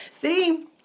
See